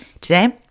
Today